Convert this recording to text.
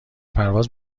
پرواز